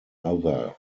other